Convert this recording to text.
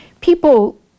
People